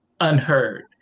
unheard